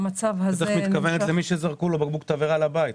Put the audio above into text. את בטח מתכוונת למי שזרקו לו בקבוק תבערה על הבית,